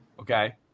Okay